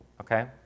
okay